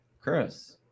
Chris